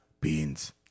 beans